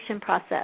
process